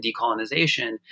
decolonization